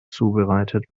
zubereitet